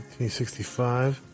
1965